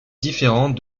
différente